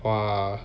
!wah!